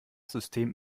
system